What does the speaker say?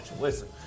listen